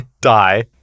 die